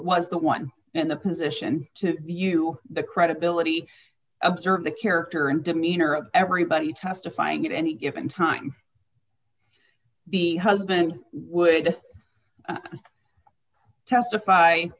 was the one in the position to you the credibility observe the character and demeanor of everybody testifying at any given time the husband would